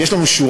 ויש לנו בשורה.